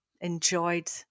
enjoyed